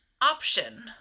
option